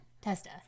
Testa